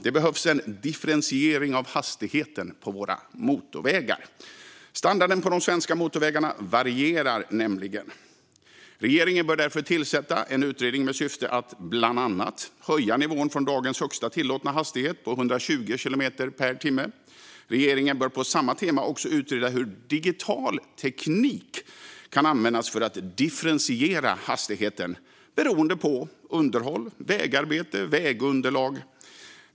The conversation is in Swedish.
Det behövs en differentiering av hastigheten på våra motorvägar. Standarden på de svenska motorvägarna varierar nämligen. Regeringen bör därför tillsätta en utredning med syfte att bland annat höja nivån från dagens högsta tillåtna hastighet på 120 kilometer per timme. Regeringen bör på samma tema utreda hur digital teknik kan användas för att differentiera hastigheten beroende på underhåll, vägarbete och vägunderlag.